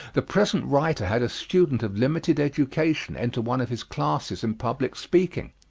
the present writer had a student of limited education enter one of his classes in public speaking.